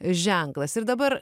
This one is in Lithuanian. ženklas ir dabar